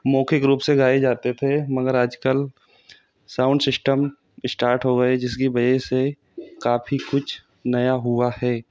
मौखिक रूप से गाए जाते थे मगर आज कल साउंड शिस्टम इश्टार्ट हो गए जिसकी वजह से काफ़ी कुछ नया हुआ है